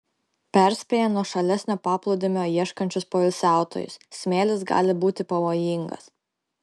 perspėja nuošalesnio paplūdimio ieškančius poilsiautojus smėlis gali būti pavojingas